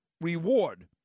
reward